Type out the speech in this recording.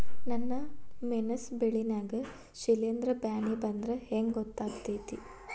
ನನ್ ಮೆಣಸ್ ಬೆಳಿ ನಾಗ ಶಿಲೇಂಧ್ರ ಬ್ಯಾನಿ ಬಂದ್ರ ಹೆಂಗ್ ಗೋತಾಗ್ತೆತಿ?